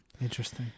Interesting